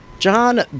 John